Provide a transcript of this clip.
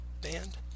band